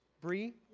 bri.